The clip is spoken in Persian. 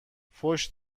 فحش